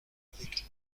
avec